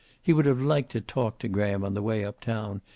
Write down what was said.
he would have liked to talk to graham on the way up-town,